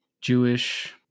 Jewish